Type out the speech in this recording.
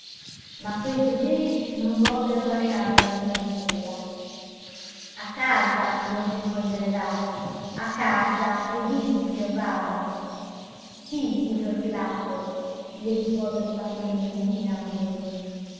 ma que giudei non vollero lasciarlo prima di sera a casa gli ordinò il delegato a casa e giudizio bada sì signor pilato gli rispose spatolino inchinandosi